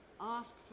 ask